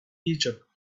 egypt